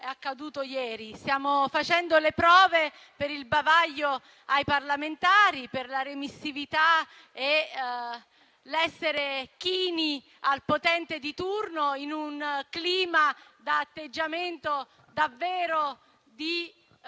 accaduto ieri. Stiamo facendo le prove per il bavaglio ai parlamentari, per la remissività e l'essere chini al potente di turno in un clima da atteggiamento davvero di